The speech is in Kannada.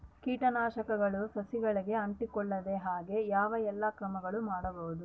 ಕೇಟನಾಶಕಗಳು ಸಸಿಗಳಿಗೆ ಅಂಟಿಕೊಳ್ಳದ ಹಾಗೆ ಯಾವ ಎಲ್ಲಾ ಕ್ರಮಗಳು ಮಾಡಬಹುದು?